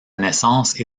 naissance